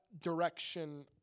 direction